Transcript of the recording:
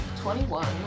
21